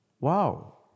Wow